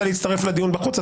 קורא אתכן לסדר פעם שלישית.